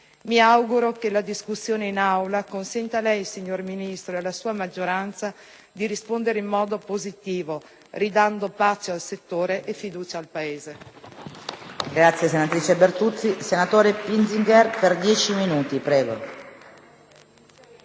Mi auguro che la discussione in Aula consenta a lei, signor Ministro, e alla sua maggioranza di rispondere in modo positivo ridando pace al settore e fiducia al Paese.